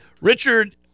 Richard